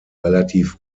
relativ